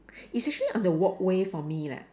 it's actually on the walkway for me leh